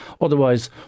otherwise